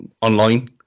online